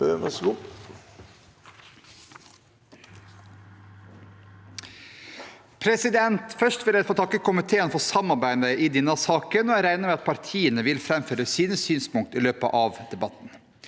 for sa- ken): Først vil jeg få takke komiteen for samarbeidet i denne saken. Jeg regner med at partiene vil framføre sine synspunkt i løpet av debatten.